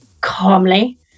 calmly